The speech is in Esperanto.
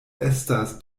estas